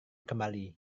kembali